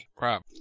Rob